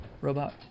robot